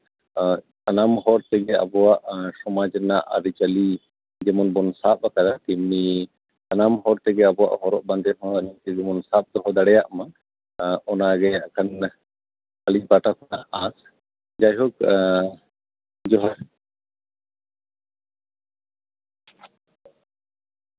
ᱥᱟᱱᱟᱢ ᱦᱚᱲ ᱛᱮᱜᱮ ᱟᱵᱚᱣᱟᱜ ᱥᱚᱢᱟᱡ ᱨᱮᱱᱟᱜ ᱟᱹᱨᱤᱪᱟᱹᱞᱤ ᱡᱮᱢᱚᱱ ᱵᱚᱱ ᱥᱟᱵ ᱟᱠᱟᱫᱟ ᱛᱮᱢᱱᱤ ᱥᱟᱱᱟᱢ ᱦᱚᱲ ᱛᱮᱜᱮ ᱟᱵᱚᱣᱟᱜ ᱦᱚᱨᱚᱜ ᱵᱟᱸᱫᱮ ᱦᱚᱸ ᱟᱵᱚ ᱛᱮᱜᱮ ᱵᱚᱱ ᱥᱟᱵ ᱫᱚᱦᱚ ᱫᱟᱲᱮᱭᱟᱜᱼᱢᱟ ᱮᱸᱜ ᱚᱱᱟᱜᱮ ᱦᱟᱸᱜ ᱠᱷᱟᱱ ᱟᱹᱞᱤᱧ ᱯᱟᱦᱚᱴᱟ ᱠᱷᱚᱱᱟᱜ ᱟᱸᱥ ᱡᱟᱭᱦᱳᱠ ᱡᱚᱦᱟᱨ